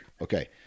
Okay